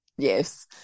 Yes